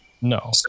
No